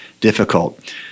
difficult